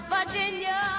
Virginia